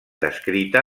descrita